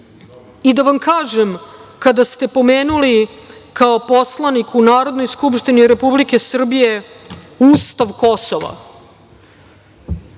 vam kažem, kada ste pomenuli, kao poslanik u Narodnoj skupštini Republike Srbije, ustav Kosova,